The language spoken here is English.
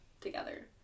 together